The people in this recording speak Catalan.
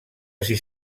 sis